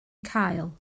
cael